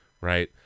right